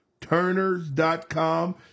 Turners.com